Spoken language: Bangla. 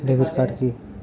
ডেবিট কার্ড কি?